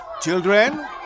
children